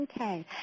Okay